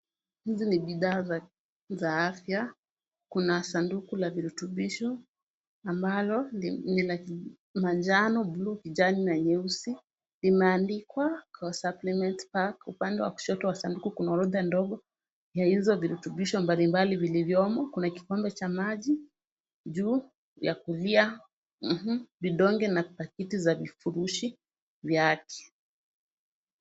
Hizi ni bidhaa za afya. Kuna sanduku la virutubisho, ambalo ni la manjano, bluu, kijani na nyeusi. Limeandikwa Go suppliment Pack . Upande wa kushoto wa sanduku, kuna orodha ndogo ya hizo virutubisho mbali mbali vilivyomo. Kuna kikombe cha maji juu ya kulia. Vidonge na pakiti za virutubishi vya afya.